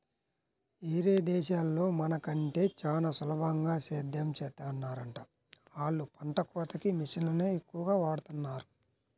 యేరే దేశాల్లో మన కంటే చానా సులభంగా సేద్దెం చేత్తన్నారంట, ఆళ్ళు పంట కోతకి మిషన్లనే ఎక్కువగా వాడతన్నారు